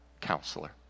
counselor